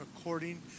according